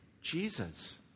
Jesus